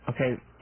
Okay